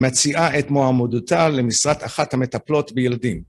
מציעה את מועמדותה למשרת אחת המטפלות בילדים.